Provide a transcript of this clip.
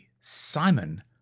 Simon